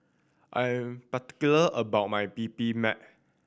I am particular about my